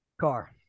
Car